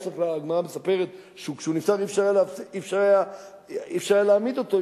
הגמרא מספרת שכשהוא נפטר, לא היה אפשר להמית אותו.